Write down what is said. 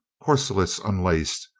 corselets unlaced,